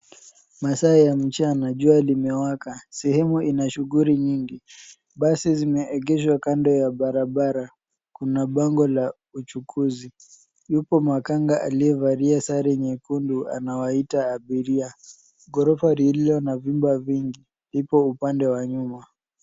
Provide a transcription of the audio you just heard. Masaa ya mchana. Jua limewaka. Sehemu ina shughuli nyingi . Basi imeegeshwa kando ya barabara. Kuna bango la uchukuzi. Yupo makanga aliyevalia sare nyekundu anawaita abiria. Ghorofa lililo na vyumba vingi lipo upande wa nyuma.